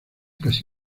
casi